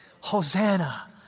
Hosanna